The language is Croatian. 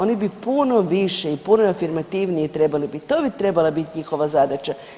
Oni bi puno više i puno afirmativnije trebali, to bi trebala biti njihova zadaća.